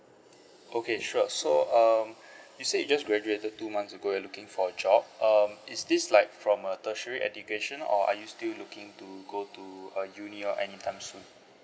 okay sure so um you said you just graduated two months ago and looking for a job um is this like from a tertiary education or are you still looking to go to a uni or anytime soon